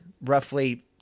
roughly